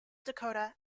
dakota